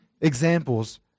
Examples